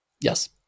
yes